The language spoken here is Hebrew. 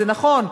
זה נכון,